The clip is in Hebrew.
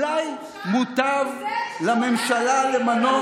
בזה שהוא תלה, אולי מוטב לממשלה למנות